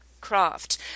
craft